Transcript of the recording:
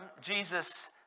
Jesus